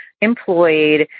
employed